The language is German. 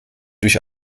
durch